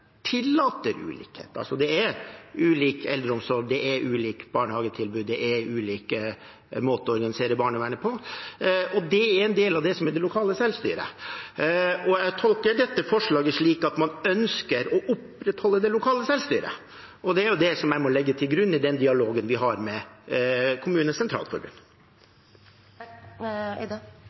Det er ulik eldreomsorg, det er ulike barnehagetilbud, det er ulike måter å organisere barnevernet på. Det er en del av det som er det lokale selvstyret. Jeg tolker dette forslaget slik at man ønsker å opprettholde det lokale selvstyret. Det er det jeg må legge til grunn i den dialogen vi har med